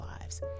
lives